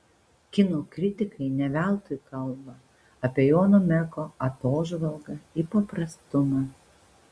kino kritikai ne veltui kalba apie jono meko atožvalgą į paprastumą